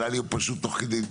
עלה לי פשוט תוך כדי,